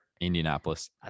Indianapolis